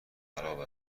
خراب